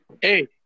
Hey